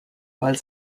while